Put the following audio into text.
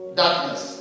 darkness